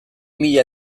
mila